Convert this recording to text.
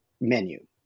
menu